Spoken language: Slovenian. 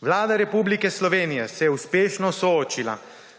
Vlada Republike Slovenije se je uspešno soočila